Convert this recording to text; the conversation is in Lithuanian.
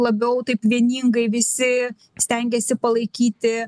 labiau taip vieningai visi stengiasi palaikyti